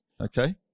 Okay